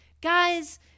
Guys